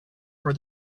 for